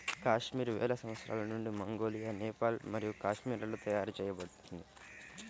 కాశ్మీర్ వేల సంవత్సరాల నుండి మంగోలియా, నేపాల్ మరియు కాశ్మీర్లలో తయారు చేయబడింది